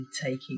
taking